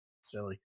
silly